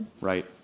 Right